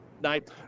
night